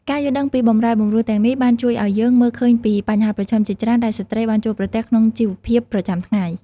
ការយល់ដឹងពីបម្រែបម្រួលទាំងនេះបានជួយឱ្យយើងមើលឃើញពីបញ្ហាប្រឈមជាច្រើនដែលស្ត្រីបានជួបប្រទះក្នុងជីវភាពប្រចាំថ្ងៃ។